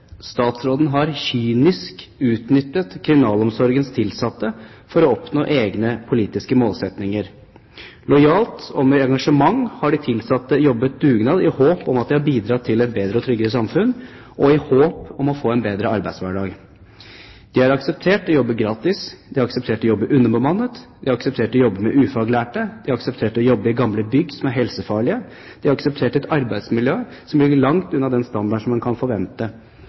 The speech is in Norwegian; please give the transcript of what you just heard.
Statsråden har kynisk utnyttet Kriminalomsorgens tilsatte for å oppnå egne politiske målsetninger. Lojalt og med engasjement har de tilsatte jobbet dugnad i håp om at de har bidratt til et bedre og tryggere samfunn, og i håp om å få en bedre arbeidshverdag. De har akseptert å jobbe gratis, de har akseptert å jobbe underbemannet, de har akseptert å jobbe med ufaglærte, de har akseptert å jobbe i gamle bygg som er helsefarlige, de har akseptert et arbeidsmiljø som ligger langt under den standard som en kan forvente